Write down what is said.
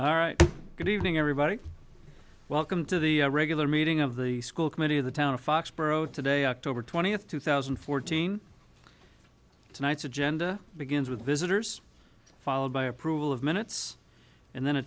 all right good evening everybody welcome to the regular meeting of the school committee of the town of foxborough today october twentieth two thousand and fourteen tonight's agenda begins with visitors followed by approval of minutes and then a